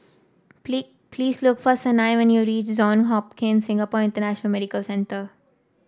please look for Sanai when you reach Johns Hopkins Singapore International Medical Centre